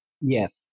Yes